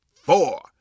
four